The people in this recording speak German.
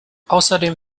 außerdem